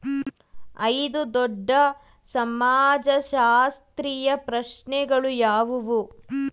ಐದು ದೊಡ್ಡ ಸಮಾಜಶಾಸ್ತ್ರೀಯ ಪ್ರಶ್ನೆಗಳು ಯಾವುವು?